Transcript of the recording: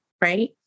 right